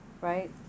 right